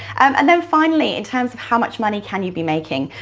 and then finally, in terms of how much money can you be making.